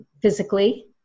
Physically